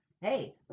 hey